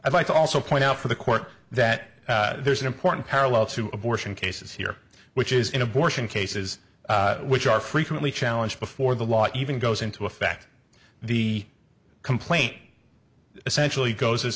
i'd like to also point out for the court that there's an important parallel to abortion cases here which is in abortion cases which are frequently challenge before the law even goes into effect the complaint essentially goes